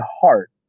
heart